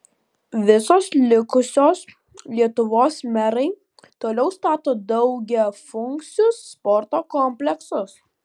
visos likusios lietuvos merai toliau stato daugiafunkcius sporto kompleksus